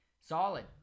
solid